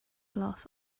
glass